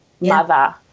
mother